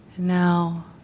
now